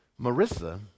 marissa